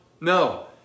No